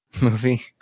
movie